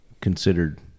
considered